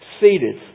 seated